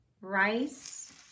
rice